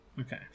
Okay